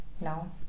No